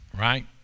Right